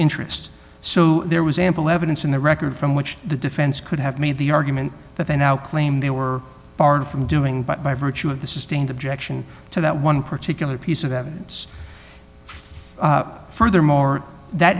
interest so there was ample evidence in the record from which the defense could have made the argument that they now claim they were barred from doing but by virtue of the sustained objection to that one particular piece of evidence furthermore that